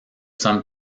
some